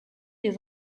des